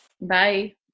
Bye